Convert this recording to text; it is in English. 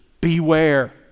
Beware